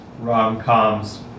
rom-coms